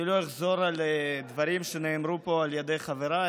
אני לא אחזור על דברים שנאמרו פה על ידי חבריי.